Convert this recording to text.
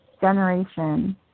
generation